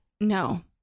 No